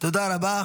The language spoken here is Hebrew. תודה רבה.